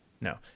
no